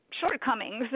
Shortcomings